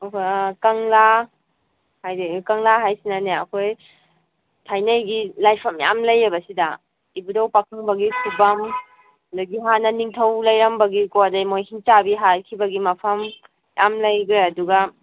ꯑꯩꯈꯣꯏ ꯀꯪꯂꯥ ꯍꯥꯏꯗꯤ ꯀꯪꯂꯥ ꯍꯥꯏꯁꯤꯅꯅꯦ ꯑꯧꯈꯣꯏ ꯊꯥꯏꯅꯒꯤ ꯂꯥꯏꯐꯝ ꯌꯥꯝ ꯂꯩꯑꯦꯕ ꯁꯤꯗ ꯏꯕꯨꯙꯧ ꯄꯥꯈꯪꯕꯒꯤ ꯈꯨꯕꯝ ꯑꯗꯒꯤ ꯍꯥꯟꯅ ꯅꯤꯡꯊꯧ ꯂꯩꯔꯝꯕꯒꯤꯀꯣ ꯑꯗꯩ ꯃꯣꯏ ꯏꯁꯤꯡ ꯆꯥꯏꯕꯤ ꯍꯥꯠꯈꯤꯕꯒꯤ ꯃꯐꯝ ꯌꯥꯝ ꯂꯩꯈ꯭ꯔꯦ ꯑꯗꯨꯒ